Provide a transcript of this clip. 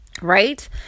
Right